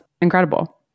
incredible